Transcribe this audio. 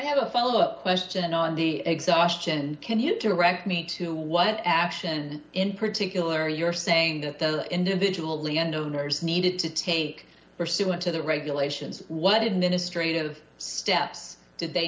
have a follow up question on the exhaustion can you direct me to what action in particular you're saying that the individual landowners needed to take pursuant to the regulations what administrative steps did they